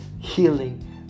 healing